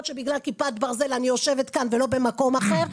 שבגלל כיפת ברזל אני יושבת כאן ולא במקום אחר,